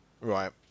Right